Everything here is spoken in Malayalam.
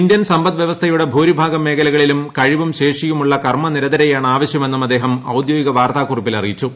ഇന്ത്യൻ സമ്പദ് വൃവസ്ഥയുടെ ഭൂരിഭാഗം മേഖലകളിലും കഴിവും ശേഷിയുമുള്ള കർമ നിരതരെയാണ് ആവശ്യമെന്നും അദ്ദേഹം ഔദ്യോഗിക വാർത്താക്കുറിപ്പിൽ അറിയിച്ചു